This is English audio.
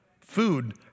Food